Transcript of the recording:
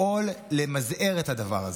לפעול למזער את הדבר הזה.